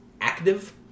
active